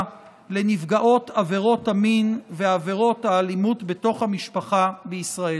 לנפגעות עבירות המין ועבירות האלימות בתוך המשפחה בישראל.